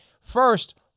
first